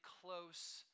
close